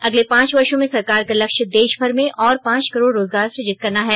अगले पांच वर्षों में सरकार का लक्ष्य देशभर में और पांच करोड रोजगार सुजित करना है